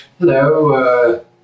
Hello